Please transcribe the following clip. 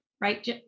right